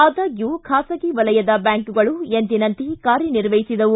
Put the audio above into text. ಆದಾಗ್ಯೂ ಖಾಸಗಿ ವಲಯದ ಬ್ಯಾಂಕ್ಗಳು ಎಂದಿನಂತೆ ಕಾರ್ಯನಿರ್ವಹಿಸಿದವು